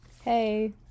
hey